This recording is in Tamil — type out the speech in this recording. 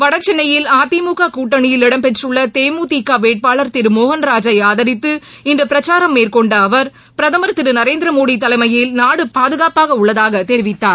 வடசென்னையில் அதிமுக கூட்டணியில் இடம் பெற்றுள்ள தேமுதிக வேட்பாளர் திரு மோகன்ராஜை ஆதரித்து இன்று பிரச்சாரம் மேற்கொண்ட அவர் பிரதமர் திரு நரேந்திரமோடி தலைமையில் நாடு பாதுகாப்பாக உள்ளதாக தெரிவித்தார்